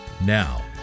now